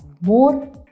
more